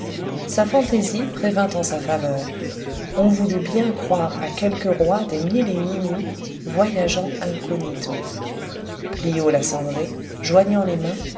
sa fantaisie prévint en sa faveur on voulut bien croire à quelque roi des mille et une nuits voyageant incognito clio la cendrée joignant les mains